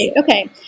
Okay